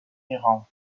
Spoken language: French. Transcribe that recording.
iran